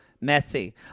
Messy